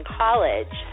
college